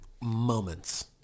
moments